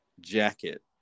jacket